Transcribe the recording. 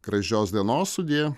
gražios dienos sudie